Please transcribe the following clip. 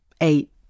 eight